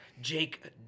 Jake